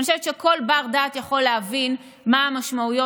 אני חושבת שכל בר-דעת יכול להבין מה המשמעויות